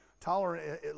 tolerant